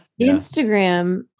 Instagram